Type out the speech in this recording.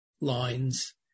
lines